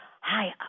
hi